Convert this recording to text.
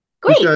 Great